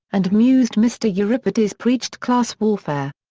and mused mr. euripides preached class warfare.